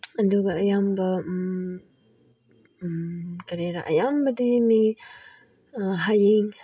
ꯑꯗꯨꯒ ꯑꯌꯥꯝꯕ ꯀꯔꯤꯔꯥ ꯑꯌꯥꯝꯕꯗꯤ ꯃꯤ ꯍꯌꯦꯡ